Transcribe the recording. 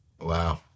Wow